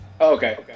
Okay